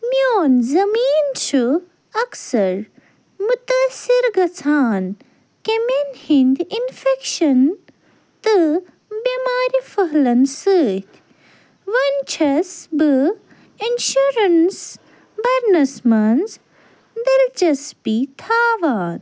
میٛون زٔمیٖن چھُ اَکثر متٲثر گژھان کیٚمیٚن ہنٛدۍ اِنفیٚکشَن تہٕ بیٚمارِ پھٔہلَنہٕ سۭتۍ وۄنۍ چھیٚس بہٕ اِنشوریٚنٕس بھرنَس منٛز دلچسپی تھاوان